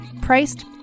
priced